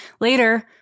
Later